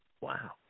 Wow